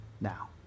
now